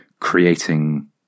Creating